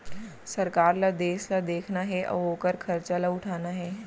सरकार ल देस ल देखना हे अउ ओकर खरचा ल उठाना हे